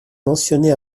mentionnée